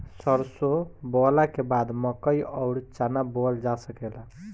सरसों बोअला के बाद मकई अउर चना बोअल जा सकेला